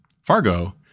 Fargo